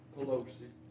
Pelosi